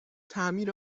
تعمیر